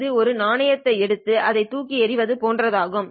இது ஒரு நாணயத்தை எடுத்து அதைத் தூக்கி எறிவது போன்றது ஆகும்